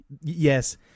Yes